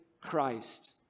Christ